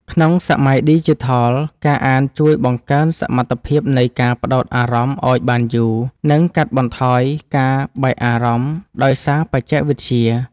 ក្នុងសម័យឌីជីថល ការអានជួយបង្កើនសមត្ថភាពនៃការផ្ដោតអារម្មណ៍ឱ្យបានយូរ និងកាត់បន្ថយការបែកអារម្មណ៍ដោយសារបច្ចេកវិទ្យា។